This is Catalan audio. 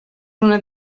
una